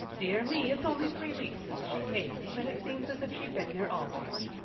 dear me, it's only three weeks since she came, and it seems as if she'd been here always.